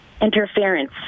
interference